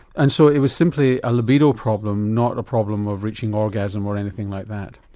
and so it was simply a libido problem, not a problem of reaching orgasm or anything like that?